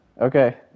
Okay